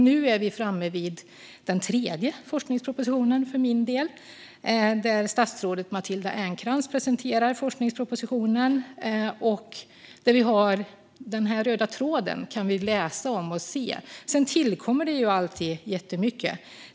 Nu är vi framme vid den för min del tredje forskningspropositionen, som statsrådet Matilda Ernkrans ska presentera. Där kan vi läsa om den röda tråden. Sedan tillkommer det ju alltid jättemycket.